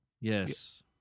Yes